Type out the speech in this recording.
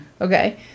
Okay